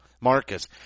Marcus